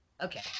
Okay